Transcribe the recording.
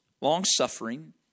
long-suffering